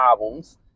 albums